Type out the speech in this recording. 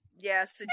yes